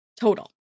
total